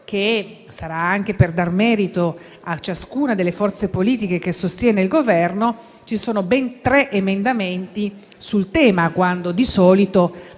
che - sarà anche per dar merito a ciascuna delle forze politiche che sostengono il Governo - ci sono ben tre emendamenti sul tema, quando di solito